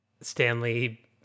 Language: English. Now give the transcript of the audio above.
Stanley